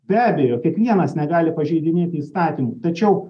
be abejo kiekvienas negali pažeidinėti įstatymų tačiau